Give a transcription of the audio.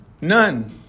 None